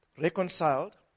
reconciled